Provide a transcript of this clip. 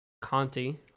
Conti